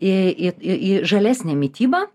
į į į žalesnę mitybą